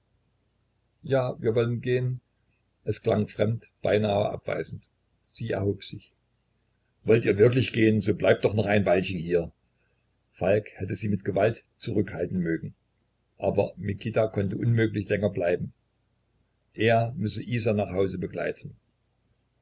ja wir wollen gehen es klang fremd beinahe abweisend sie erhob sich wollt ihr wirklich gehen so bleibt doch noch ein weilchen hier falk hätte sie mit gewalt zurückhalten mögen aber mikita konnte unmöglich länger bleiben er müsse isa nach hause begleiten